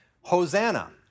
Hosanna